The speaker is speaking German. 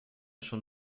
schon